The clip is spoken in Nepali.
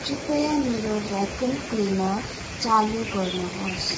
कृपया मेरो भ्याकुम क्लिनर चालु गर्नुहोस्